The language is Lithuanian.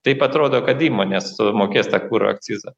taip atrodo kad įmonė sumokės tą kurą akcizą